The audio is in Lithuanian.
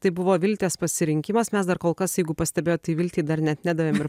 tai buvo viltės pasirinkimas mes dar kol kas jeigu pastebėjot tai viltei dar net nedavėm ir